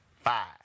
Five